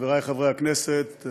חברי חברי הכנסת,